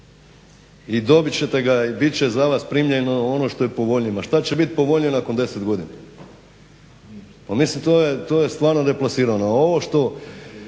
i dobit ćete ga i bit će za vas primljeno ono što je povoljnije. Ma što će biti povoljnije nakon 10 godina? Pa mislim to je stvarno deplasirano.